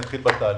אתחיל בתהליך.